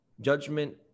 judgment